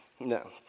No